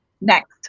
next